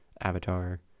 Avatar